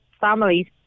families